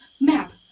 Map